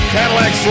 Cadillac